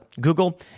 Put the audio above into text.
Google